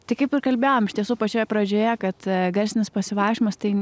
tai kaip ir kalbėjom iš tiesų pačioje pradžioje kad garsinis pasivaikščiojimas tai